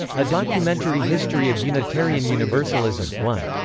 a documentary history of unitarian universalism. one.